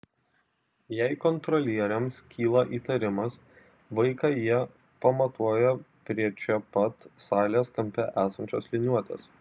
jei kontrolieriams kyla įtarimas vaiką jie pamatuoja prie čia pat salės kampe esančios liniuotės